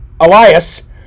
Elias